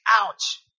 ouch